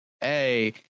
Hey